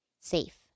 safe